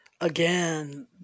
Again